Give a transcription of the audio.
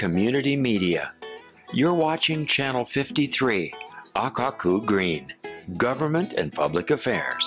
community media you're watching channel fifty three aku green government and public affairs